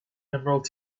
emerald